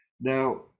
Now